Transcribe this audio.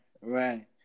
right